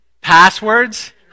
passwords